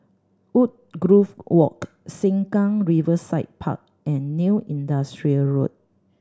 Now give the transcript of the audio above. Woodgrove Walk Sengkang Riverside Park and New Industrial Road